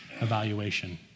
evaluation